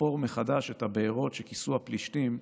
לחפור מחדש את הבארות שכיסו הפלשתים,